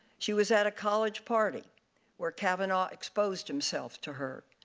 she was at a college party where kavanagh exposed himself to her.